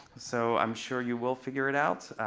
so i'm sure you will figure it out.